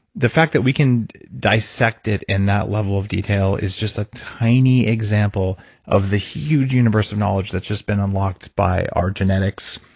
the fact that we can dissect it in that level of detail is just a tiny example of the huge universe of knowledge that's just been unlocked by our genetics,